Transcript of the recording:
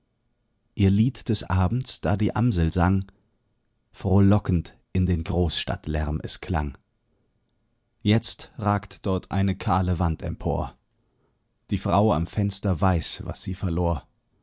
ihr lied des abends da die amsel sang frohlockend in den großstadtlärm es klang jetzt ragt dort eine kahle wand empor die frau am fenster weiß was sie verlor